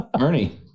ernie